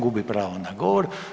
Gubi pravo na govor.